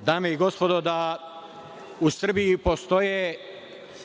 dame i gospodo, da u Srbiji postoje,